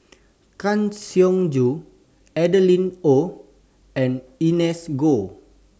Kang Siong Joo Adeline Ooi and Ernest Goh